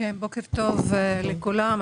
בוקר טוב לכולם.